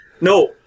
No